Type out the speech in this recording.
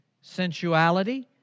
sensuality